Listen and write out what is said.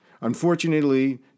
Unfortunately